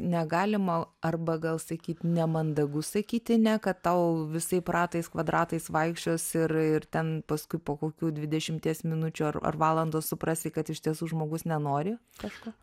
negalima arba gal sakyt nemandagu sakyti ne kad tau visaip ratais kvadratais vaikščios ir ir ten paskui po kokių dvidešimies minučių ar ar valandos suprasi kad iš tiesų žmogus nenori kažką